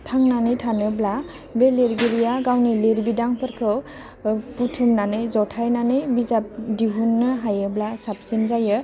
थांनानै थानोब्ला बे लिरगिरिया गावनि लिरबिदांफोरखौ बुथुमनानै ज'थाइनानै बिजाब दिहुननो हायोब्ला साबसिन जायो